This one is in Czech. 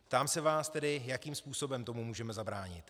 Ptám se vás tedy, jakým způsobem tomu můžeme zabránit.